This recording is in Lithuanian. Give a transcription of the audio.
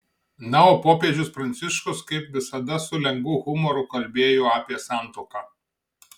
na o popiežius pranciškus kaip visada su lengvu humoru kalbėjo apie santuoką